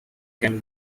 can